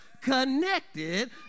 connected